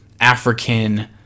African